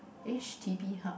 h_d_b hub